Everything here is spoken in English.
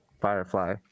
firefly